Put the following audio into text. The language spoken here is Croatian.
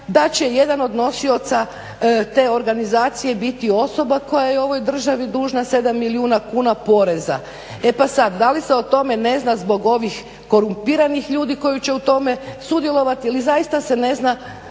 da će jedan od nosioca te organizacije biti osoba koja je ovoj državi dužna 7 milijuna kuna poreza. E pa sad, da li se o tome ne zna zbog ovih korumpiranih ljudi koji će u tome sudjelovati ili zaista se ne zna